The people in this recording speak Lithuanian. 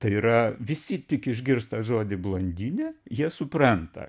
tai yra visi tik išgirsta žodį blondinė jie supranta